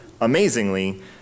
amazingly